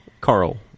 Carl